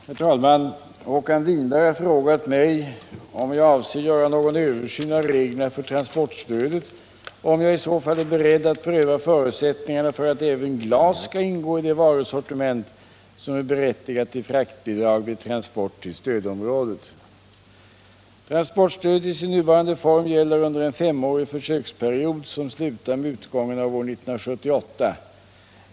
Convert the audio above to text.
Herr talman! Håkan Winberg har frågat mig om jag avser göra någon översyn av reglerna för transportstödet och om jag i så fall är beredd att pröva förutsättningarna för att även glas skall ingå i det varusortiment som är berättigat till fraktbidrag vid transport till stödområdet. Transportstödet i sin nuvarande form gäller under en femårig försöksperiod, som slutar med utgången av år 1978.